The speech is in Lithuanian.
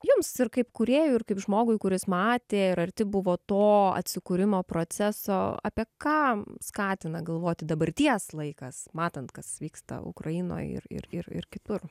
jums ir kaip kūrėjui ir kaip žmogui kuris matė ir arti buvo to atsikūrimo proceso apie ką skatina galvoti dabarties laikas matant kas vyksta ukrainoj ir ir ir ir kitur